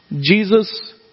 Jesus